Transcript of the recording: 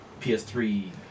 PS3